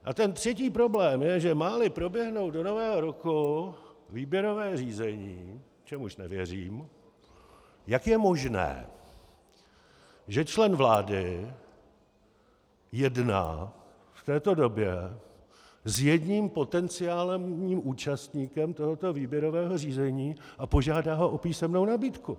A třetí problém je, že máli proběhnout do Nového roku výběrové řízení, čemuž nevěřím, jak je možné, že člen vlády jedná v této době s jedním potenciálním účastníkem tohoto výběrového řízení a požádá ho o písemnou nabídku.